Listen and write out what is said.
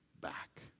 back